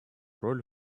роль